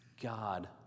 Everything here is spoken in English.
God